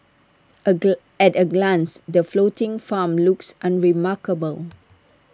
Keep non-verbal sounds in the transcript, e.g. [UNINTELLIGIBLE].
A [UNINTELLIGIBLE] at A glance the floating farm looks unremarkable